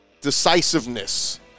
decisiveness